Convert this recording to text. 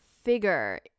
figure